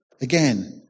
Again